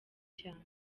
cyane